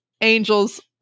Angel's